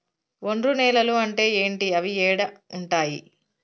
ఒండ్రు నేలలు అంటే ఏంటి? అవి ఏడ ఉంటాయి?